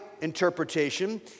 interpretation